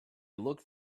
looked